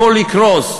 הכול יקרוס.